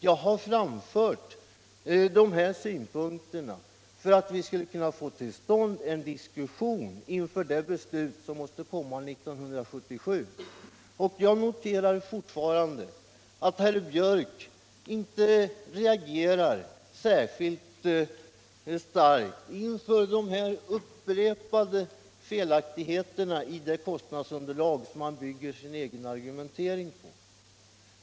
Jag har framfört dessa synpunkter för att vi skulle få till stånd en diskussion inför det beslut som måste fattas 1977. Jag noterar fortfarande att herr Björck inte reagerar särskilt starkt inför de upprepade felaktigheter i kostnadsunderlaget som han bygger sin egen argumentering på.